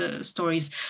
Stories